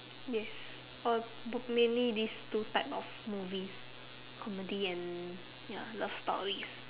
yes or book mainly these two type of movies comedy and ya love stories